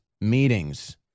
meetings